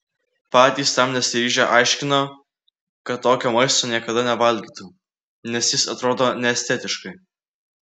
patys tam nesiryžę aiškino kad tokio maisto niekada nevalgytų nes jis atrodo neestetiškai